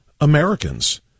Americans